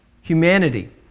humanity